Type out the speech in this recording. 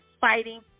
fighting